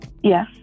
Yes